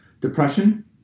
depression